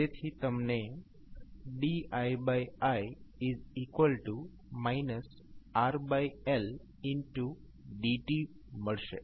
જેથી તમને dii RLdt મળશે